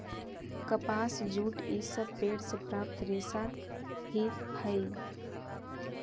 कपास, जूट इ सब पेड़ से प्राप्त रेशा ही हई